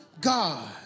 God